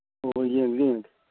ꯍꯣꯏ ꯌꯦꯡꯉꯒꯦ ꯌꯦꯡꯉꯒꯦ